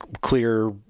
clear